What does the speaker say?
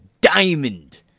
diamond